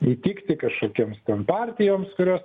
įtikti kažkokiems ten partijoms kurios